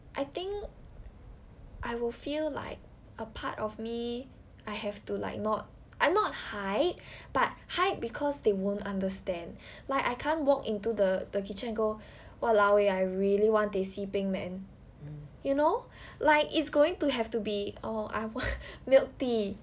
I think I will feel like a part of me I have to like not I not hide but hide because they won't understand like I can't walk into the the kitchen and go !walao! eh I really want teh C peng man you know like it's going to have to be oh I want milk tea